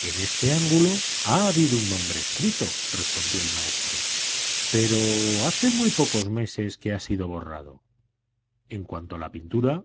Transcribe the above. en este ángulo ha habido un nombre escrito respondió el maestro pero hace muy pocos meses que ha sido borrado en cuanto a la pintura